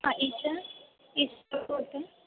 हा होतं